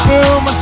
Boom